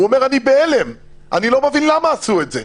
הוא אומר: אני בהלם, אני לא מבין למה עשו את זה.